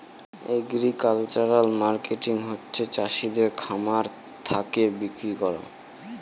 agricultural marketing হচ্ছে চাষিদের খামার থাকে বিক্রি করা